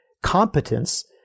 Competence